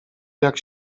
jak